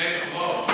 הרי יש חוק.